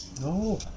No